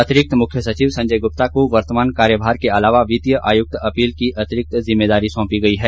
अतिरिक्त मुख्य सचिव संजय गुप्ता को वर्तमान कार्यभार के अलावा वित्तीय आयुक्त अपील की अतिरिक्त जिम्मेदारी सौंपी गई है